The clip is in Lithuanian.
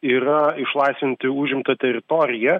yra išlaisvinti užimtą teritoriją